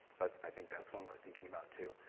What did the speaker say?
but i think that's when we're thinking about too.